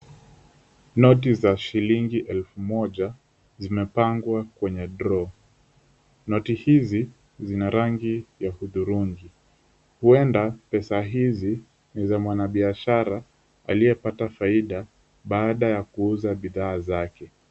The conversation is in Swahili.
Noti za shilingi elfu moja, zimepangwa kwenye droo . Noti hizi zina rangi ya hudhurungi. Huenda pesa hizi ni za mwanabiashara, aliyepata faida, baada ya kuuza bidhaa zake.